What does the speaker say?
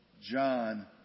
John